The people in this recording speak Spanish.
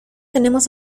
tenemos